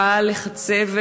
בהיחשפות לחצבת.